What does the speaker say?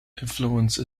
influence